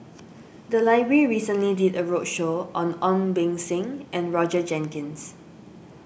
the library recently did a roadshow on Ong Beng Seng and Roger Jenkins